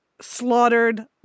Slaughtered